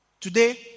Today